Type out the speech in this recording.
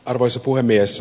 arvoisa puhemies